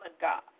God